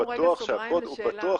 פתחנו רגע סוגריים לשאלה.